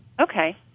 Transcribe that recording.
Okay